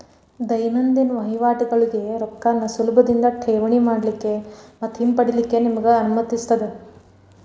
ದೈನಂದಿನ ವಹಿವಾಟಗೋಳಿಗೆ ರೊಕ್ಕಾನ ಸುಲಭದಿಂದಾ ಠೇವಣಿ ಮಾಡಲಿಕ್ಕೆ ಮತ್ತ ಹಿಂಪಡಿಲಿಕ್ಕೆ ನಿಮಗೆ ಅನುಮತಿಸುತ್ತದೆ